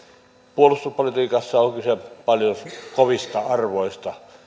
puolustuspolitiikassa on kyse paljon kovista arvoista